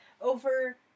over